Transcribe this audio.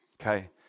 Okay